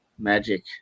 magic